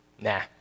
Nah